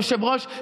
היושב-ראש,